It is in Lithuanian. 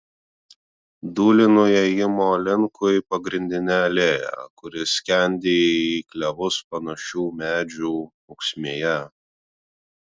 dūlinu įėjimo linkui pagrindine alėja kuri skendi į klevus panašių medžių ūksmėje